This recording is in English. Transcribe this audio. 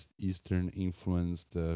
Eastern-influenced